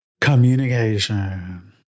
Communication